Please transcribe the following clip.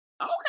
Okay